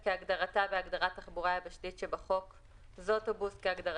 בבקשה, פרופ' גרוטו, בוקר